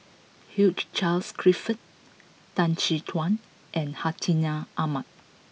Hugh Charles Clifford Tan Chin Tuan and Hartinah Ahmad